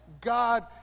God